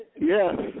Yes